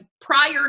prior